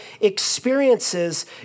experiences